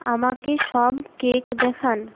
আমাকে সব কেক দেখান